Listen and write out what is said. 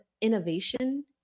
innovation